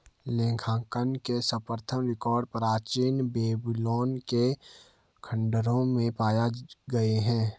लेखांकन के सर्वप्रथम रिकॉर्ड प्राचीन बेबीलोन के खंडहरों में पाए गए हैं